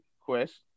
Quest